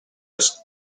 asked